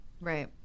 Right